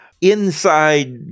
inside